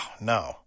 no